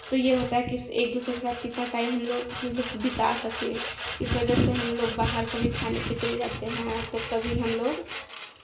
तो ये होता है कि एक दूसरे के साथ कितना टाइम हमलोग मतलब बिता सकें इस वजह से हमलोग बाहर कभी खाने पे चले जाते हैं तो कभी हमलोग